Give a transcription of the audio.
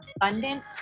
abundant